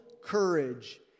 Courage